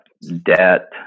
debt